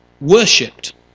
worshipped